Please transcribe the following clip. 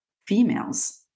females